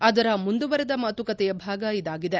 ಅದರ ಮುಂದುವರೆದ ಮಾತುಕತೆಯ ಭಾಗ ಇದಾಗಿದೆ